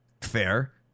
fair